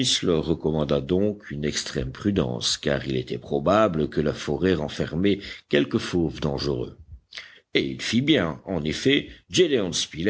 smith leur recommanda donc une extrême prudence car il était probable que la forêt renfermait quelques fauves dangereux et il fit bien en effet